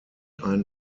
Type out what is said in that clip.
ein